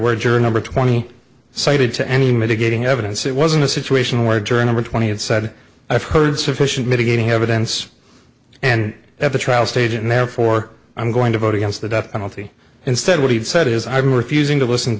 journal twenty cited to any mitigating evidence it wasn't a situation where turn over twenty and said i've heard sufficient mitigating evidence and at the trial stage and therefore i'm going to vote against the death penalty instead what he said is i'm refusing to listen to